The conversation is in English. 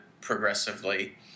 progressively